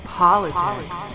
politics